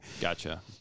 gotcha